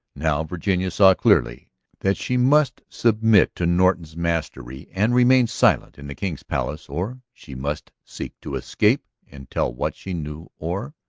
now virginia saw clearly that she must submit to norton's mastery and remain silent in the king's palace or she must seek to escape and tell what she knew or.